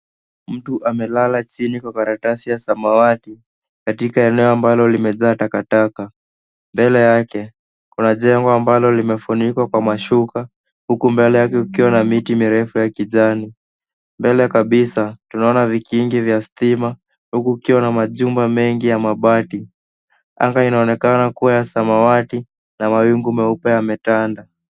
Mtu amelala chini kwa karatasi ya samawati katika eneo ambalo limejaa takataka. Mbele yake, kuna jengo ambalo limefunikwa kwa mashuka huku mbele yake kukiwa na miti mirefu ya kijani . Mbele kabisa tunaona vikingi vya stima huku kukiwa na majumba mengi yenye kabati. Anga inaonekana kuwa ya samawati na mawingu meupe yametanda.